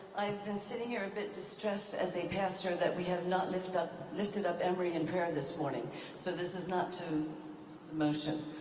i've been sitting here a and bit distressed as a pastor that we have not lifted up lifted up emory in prayer this morning so this is not to the motion.